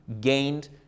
gained